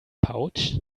pouch